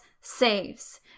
saves